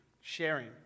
sharing